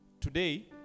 today